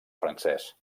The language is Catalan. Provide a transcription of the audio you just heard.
francès